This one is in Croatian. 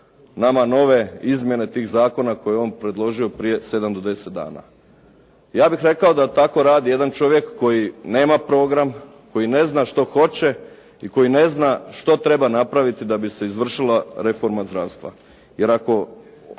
nama nove izmjene tih zakona koje je on predložio prije 7 do 10 dana. Ja bih rekao da tako radi jedan čovjek koji nema program, koji ne znan što hoće, i koji ne zna što treba napraviti da bi se izvršila reforma zdravstva.